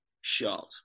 shot